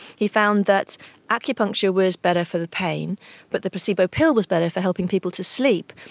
he found that acupuncture was better for the pain but the placebo pill was better for helping people to sleep.